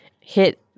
hit